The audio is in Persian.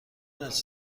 است